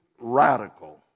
radical